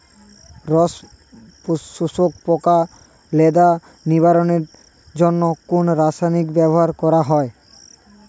রস শোষক পোকা লেদা নিবারণের জন্য কোন রাসায়নিক ব্যবহার করা হয়?